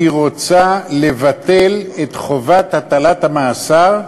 היא רוצה לבטל את חובת הטלת המאסר,